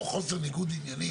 או חוסר ניגוד עניינים,